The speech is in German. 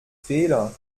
fehler